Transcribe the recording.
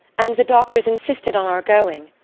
and the doctors insisted on our going,